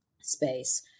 space